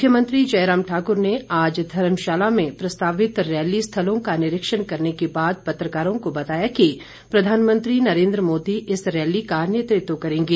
मुख्यमंत्री जयराम ठाक्र ने आज धर्मशाला में प्रस्तावित रैली स्थलों का निरीक्षण करने के बाद पत्रकारों को बताया कि प्रधानमंत्री नरेंद्र मोदी इस रैली का नेतृत्व करेंगे